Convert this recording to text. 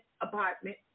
apartment